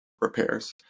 repairs